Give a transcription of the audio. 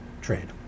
trade